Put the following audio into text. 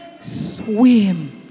swim